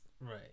Right